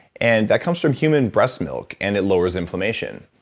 and that comes from human breast milk, and it lowers inflammation.